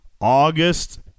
August